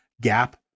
Gap